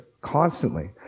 constantly